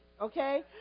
okay